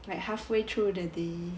like halfway through the day